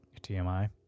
TMI